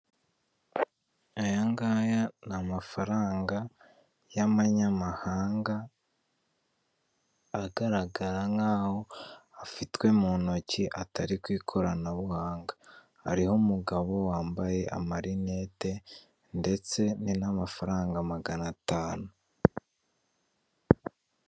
Aya ngaya ni amafaranga y'abanyamahanga agaragara nkaho afitwe mu ntoki, atari ku ikoranabuhanga, hariho umugabo wambaye amarinete ndetse ni n'amafaranga magana atanu.